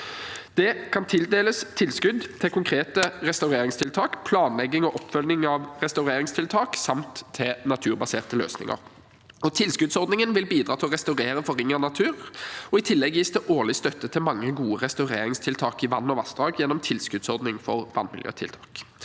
Det kan tildeles tilskudd til konkrete restaureringstiltak, planlegging og oppfølging av restaureringstiltak, samt til naturbaserte løsninger. Tilskuddsordningen vil bidra til å restaurere forringet natur, og i tillegg gis det årlig støtte til mange gode restaureringstiltak i vann og vassdrag gjennom tilskuddsordning for vannmiljøtiltak.